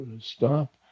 stop